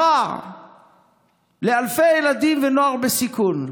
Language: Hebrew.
רע לאלפי ילדים ונוער בסיכון.